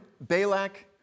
Balak